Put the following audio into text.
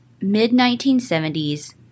Mid-1970s